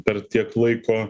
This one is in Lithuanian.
per tiek laiko